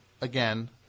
again